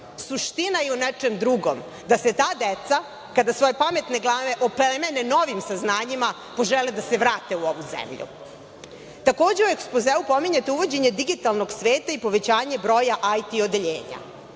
Suština je u nečem drugom, da se ta deca, kada svoje pametne glave oplemene novim saznanjima, požele da se vrate u ovu zemlju. Takođe, u ekspozeu pominjete uvođenje digitalnog sveta i povećanje broja IT odeljenja.